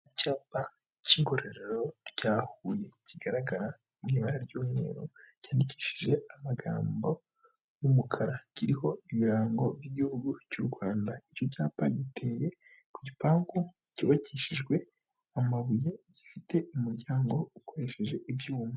Icyapa cy'ingororero rya Huye kigaragara mu ibara ry'umweru cyandikishije amagambo y'umukara, kiriho ibirango by'igihugu cy'u Rwanda, icyo cyapa giteye ku gipangu cyubakishijwe amabuye gifite umuryango ukoresheje ibyuma.